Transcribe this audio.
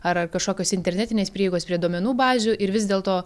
ar kažkokios internetinės prieigos prie duomenų bazių ir vis dėlto